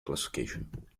classification